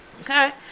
Okay